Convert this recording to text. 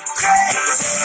crazy